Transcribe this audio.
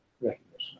recognition